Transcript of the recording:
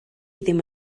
ddim